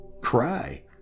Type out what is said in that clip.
cry